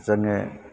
जोङो